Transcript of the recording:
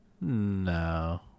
No